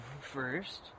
first